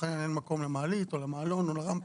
אין מקום למעלית או למעלון או לרמפה.